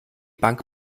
bank